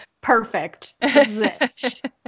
Perfect